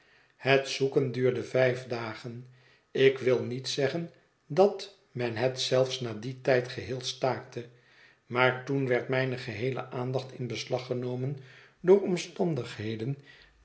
het zoeken duurde vijf dagen ik wil niet zeggen dat men het zelfs na dien tijd geheel staakte maar toen werd mijne geheele aandacht in beslag genomen door omstandigheden